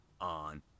on